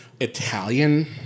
Italian